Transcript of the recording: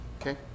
Okay